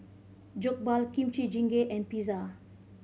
Jokbal Kimchi Jjigae and Pizza